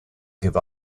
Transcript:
give